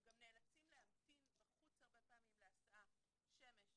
הם גם נאלצים להמתין בחוץ הרבה פעמים להסעה בשמש,